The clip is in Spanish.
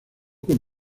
con